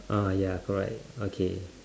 uh ya correct okay